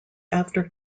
after